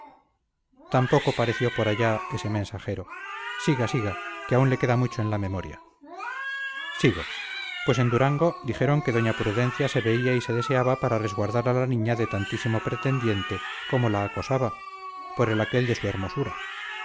tampoco pareció por allá ese mensajero siga siga que aún le queda mucho en la memoria sigo pues en durango dijeron que doña prudencia se veía y se deseaba para resguardar a la niña de tantísimo pretendiente como la acosaba por el aquel de su hermosura